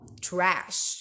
trash